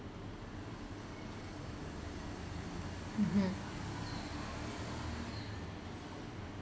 mmhmm